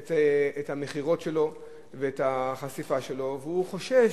את המכירות שלו ואת החשיפה שלו והוא חושש,